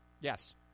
Yes